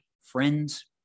friends